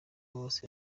bose